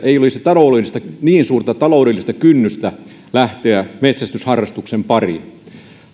ei olisi niin suurta taloudellista kynnystä lähteä metsästysharrastuksen pariin